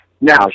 now